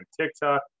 tiktok